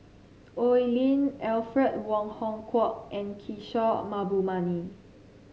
Oi Lin Alfred Wong Hong Kwok and Kishore Mahbubani